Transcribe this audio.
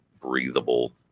breathable